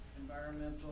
environmental